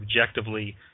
objectively